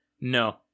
No